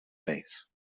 face